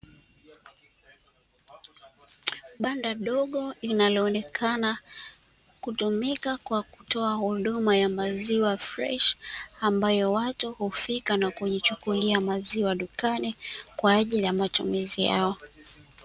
Banda dogo linaloonekana kutumika kwa kutoa huduma ya maziwa freshi, ambayo watu hufika na kujichukulia maziwa dukani kwa ajili ya matumizi yao.